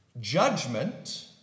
judgment